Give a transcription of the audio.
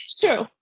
True